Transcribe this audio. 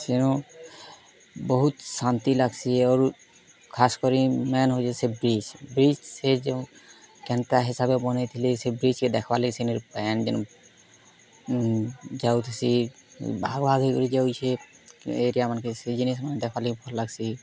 ସେନୁ ବହୁତ୍ ଶାନ୍ତି ଲାଗ୍ସି ଅରୁ ଖାସ୍ କରି ମେନ୍ ହଉଛେ ସେ ବ୍ରିଜ୍ ବ୍ରିଜ୍ ସେ ଯେଉଁ କେନ୍ତା ହିସାବେ ବନେଇଥିଲି ସେ ବ୍ରିଜ୍କେ ଦେଖ୍ବା ଲାଗି ସେନର୍ ପାଏନ୍ ଯେନ୍ ଯାଉଥିସି ଭାଗ୍ ଭାଗ୍ ହେଇକରି ଯାଉଛେ ଏରିଆ ମାନ୍କେ ସେ ଜିନିଷ ମାନ୍କେ ଦେଖ୍ବାର୍ ଲାଗି ଭଲ୍ ଲାଗ୍ସି